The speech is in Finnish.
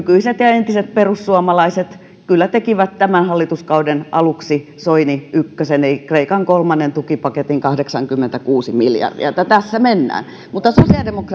ja entiset perussuomalaiset kyllä tekivät tämän hallituskauden aluksi soini ykkösen eli kreikan kolmannen tukipaketin kahdeksankymmentäkuusi miljardia eli tässä mennään mutta sosiaalidemokraatit